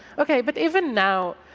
okay. but even now,